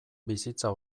bizitza